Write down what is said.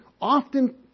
often